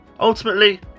Ultimately